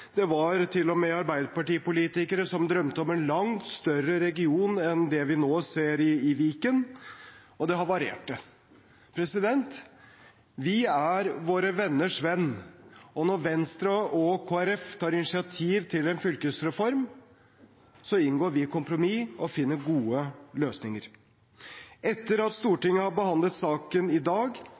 det var til og med Arbeiderparti-politikere som drømte om en langt større region enn det vi nå ser i Viken, men det havarerte. Vi er våre venners venn, og når Venstre og Kristelig Folkeparti tar initiativ til en fylkesreform, inngår vi kompromiss og finner gode løsninger. Etter at Stortinget har behandlet saken i dag,